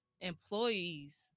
Employees